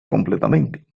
completamente